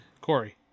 Corey